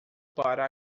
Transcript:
para